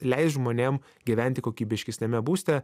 leis žmonėm gyventi kokybiškesniame būste